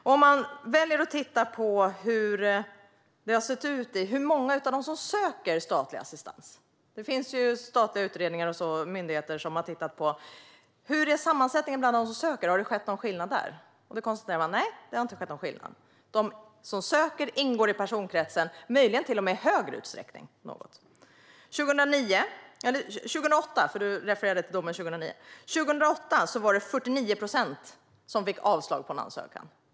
Det finns utredningar och myndigheter som har tittat på sammansättningen bland dem som söker statlig assistans och om det har skett någon förändring där. Nej, konstaterar man då, det är ingen skillnad där. De som söker ingår i samma personkrets, möjligen till och med i något högre utsträckning nu än tidigare. Men man kan också välja att titta på hur många av dem som söker statlig assistans som får avslag. År 2008 - du refererade ju till domen från 2009 - var det 49 procent som fick avslag på en ansökan.